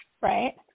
Right